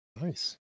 Nice